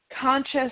conscious